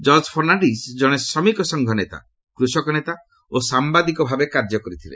George Fernandes ଜଣେ ଶ୍ରମିକ ନେତା କୃଷକ ନେତା ଓ ସାମ୍ବାଦିକ ଭାବେ କାର୍ଯ୍ୟ କରିଥିଲେ